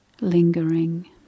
lingering